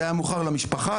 זה היה מאוחר למשפחה,